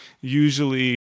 usually